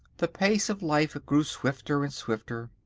the pace of life grew swifter and swifter.